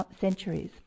centuries